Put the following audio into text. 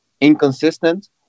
inconsistent